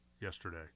yesterday